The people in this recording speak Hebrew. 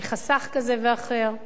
מחסך כזה או אחר,